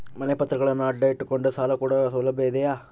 ಮನೆ ಪತ್ರಗಳನ್ನು ಅಡ ಇಟ್ಟು ಕೊಂಡು ಸಾಲ ಕೊಡೋ ಸೌಲಭ್ಯ ಇದಿಯಾ?